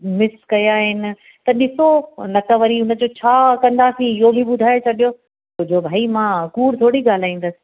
miss कया आहिनि त ॾिसो न त वरी उन जो छा कंदासीं इहो बि ॿुधाए छॾियो छो जो भाई मां कूड़ थोरी ॻाल्हाईंदसि